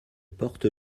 porte